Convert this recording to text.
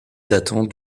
datant